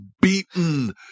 beaten